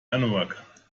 anorak